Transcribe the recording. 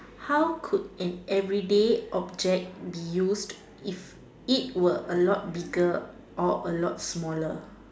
how could an everyday object be used if it were a lot bigger or a lot smaller